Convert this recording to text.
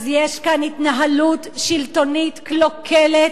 אז יש כאן התנהלות שלטונית קלוקלת,